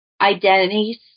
identities